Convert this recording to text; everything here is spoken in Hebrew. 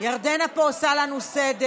ירדנה פה עושה לנו סדר.